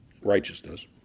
righteousness